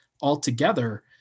altogether